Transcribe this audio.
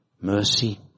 mercy